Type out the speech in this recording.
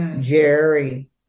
Jerry